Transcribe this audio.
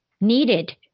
needed